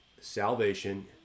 salvation